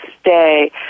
stay